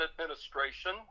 administration